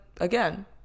again